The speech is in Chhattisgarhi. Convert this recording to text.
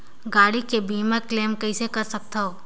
गाड़ी के बीमा क्लेम कइसे कर सकथव?